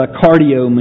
cardio